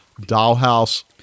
dollhouse